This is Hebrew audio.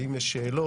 ואם יש שאלות